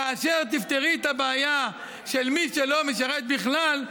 כאשר תפתרו את הבעיה של מי שלא משרת בכלל,